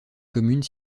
commune